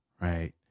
right